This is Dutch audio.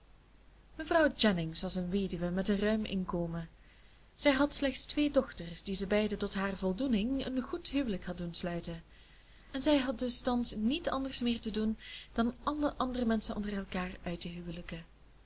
mevrouw jennings was een weduwe met een ruim inkomen zij had slechts twee dochters die ze beiden tot haar voldoening een goed huwelijk had doen sluiten en zij had dus thans niet anders meer te doen dan alle andere menschen onder elkaar uit te huwelijken